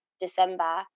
December